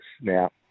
Now